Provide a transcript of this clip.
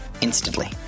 instantly